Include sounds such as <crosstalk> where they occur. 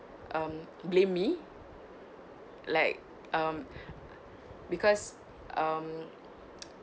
um blame me like um <breath> because um <noise>